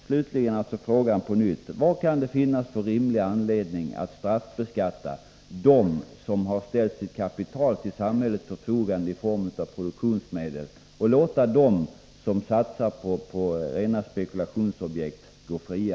Slutligen frågar jag på nytt: Vad kan det finnas för rimlig anledning att straffbeskatta dem som har ställt sitt kapital till samhällets förfogande i form av produktionsmedel, och låta dem som satsar på rena spekulationsobjekt gå fria?